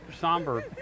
somber